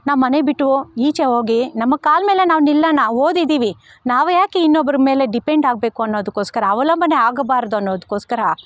ನಾವು ಮನೆ ಬಿಟ್ಟು ಈಚೆ ಹೋಗಿ ನಮ್ಮ ಕಾಲ ಮೇಲೆ ನಾವು ನಿಲ್ಲೋಣ ಓದಿದ್ದೀವಿ ನಾವು ಯಾಕೆ ಇನ್ನೊಬ್ರ ಮೇಲೆ ಡಿಪೆಂಡಾಗ್ಬೇಕು ಅನ್ನೋದಕ್ಕೋಸ್ಕರ ಅವಲಂಬನೆ ಆಗಬಾರದು ಅನ್ನೋದಕ್ಕೋಸ್ಕರ